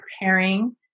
preparing